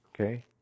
okay